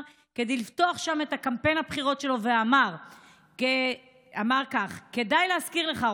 כדי לפתוח שם את קמפיין הבחירות שלו ואמר כך: כדאי להזכיר לך,